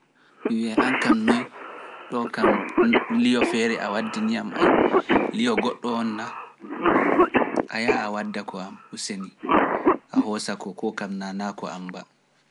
Do kam liyo feere a waddiniam kam liyo goddo na? a yaha a wadda ko am useni, ko kam nana ko am ba.